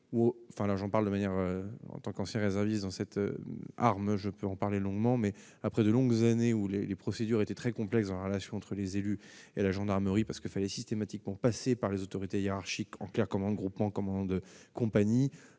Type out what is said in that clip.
j'en parle de manière en tant qu'ancien réserviste dans cette arme, je peux en parler longuement, mais après de longues années où les les procédures étaient très complexe dans la relation entre les élus et la gendarmerie parce que fallait systématiquement passer par les autorités hiérarchiques en clair comment groupement commandant de compagnie